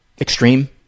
extreme